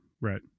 Right